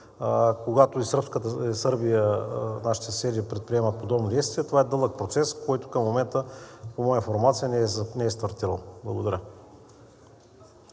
Когато и Сърбия, нашите съседи предприемат подобно действие, това е дълъг процес, който към момента по моя информация не е стартирал. Благодаря.